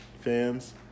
fans